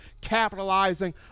capitalizing